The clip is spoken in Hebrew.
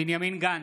בנימין גנץ,